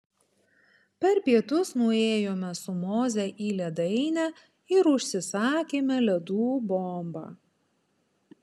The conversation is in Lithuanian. per pietus nuėjome su moze į ledainę ir užsisakėme ledų bombą